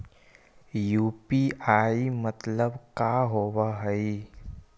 UPI मतलब का होब हइ?